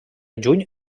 juny